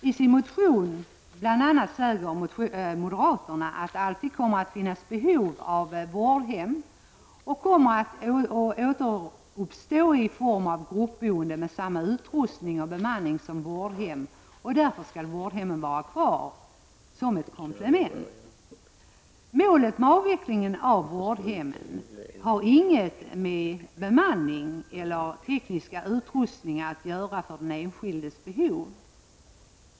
I sin motion säger moderaterna bl.a. att det alltid kommer att finnas behov av vårdhem och att sådana kommer att återuppstå i form av gruppboende med samma utrustning och bemanning som vårdhem. Moderaterna menar därför att vårdhemmen skall vara kvar som ett komplement. Målet med avvecklingen av vårdhem har inget att göra med bemanning eller den tekniska utrustningen för den enskildes behov.